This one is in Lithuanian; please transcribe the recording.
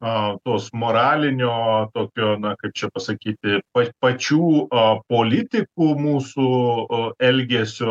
a tos moralinio a tokio na kaip čia pasakyti pa pačių a politikų mūsų a elgesio